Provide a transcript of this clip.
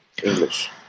English